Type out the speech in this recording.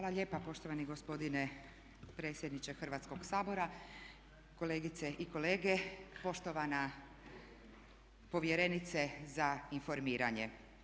Hvala lijepa poštovani gospodine predsjedniče Hrvatskoga sabora, kolegice i kolege, poštovana povjerenice za informiranje.